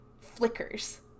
flickers